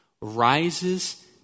rises